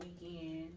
weekend